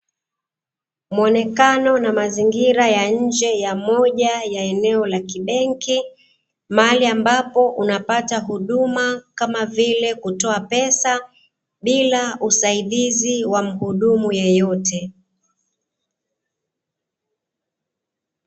Muonekano wa na mazingira ya nje ya moja ya eneo la kibenki, mahali ambapo unapata huduma kama vile kutoa pesa bila usaidizi wa mhudumu yeyote.